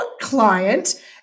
client